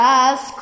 ask